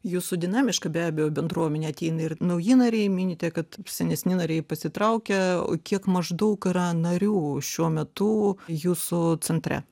jūsų dinamiška be abejo bendruomenė ateina ir nauji nariai minite kad senesni nariai pasitraukia kiek maždaug yra narių šiuo metu jūsų centre